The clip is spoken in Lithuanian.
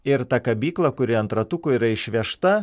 ir ta kabykla kuri ant ratukų yra išvežta